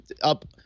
up